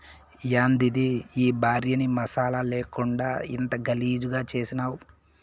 యాందిది ఈ భార్యని మసాలా లేకుండా ఇంత గలీజుగా చేసినావ్